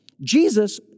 Jesus